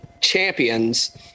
champions